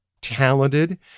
talented